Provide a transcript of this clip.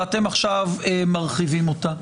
ואתם עכשיו מרחיבים אותה.